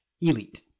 Elite